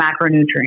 macronutrients